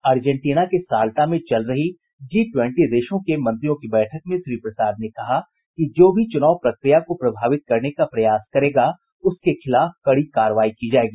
Argentina के Salta में चल रही जी ट्वेंटी देशों के मंत्रियों की बैठक में श्री प्रसाद ने कहा कि जो भी चुनाव प्रक्रिया को प्रभावित करने का प्रयास करेगा उसके खिलाफ कड़ी कार्रवाई की जाएगी